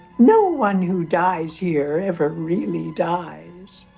no one who dies here ever really dies.